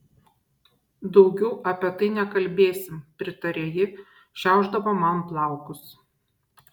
daugiau apie tai nekalbėsim pritarė ji šiaušdama man plaukus